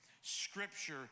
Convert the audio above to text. Scripture